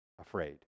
afraid